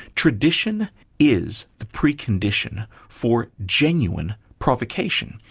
tradition is the precondition for genuine provocation.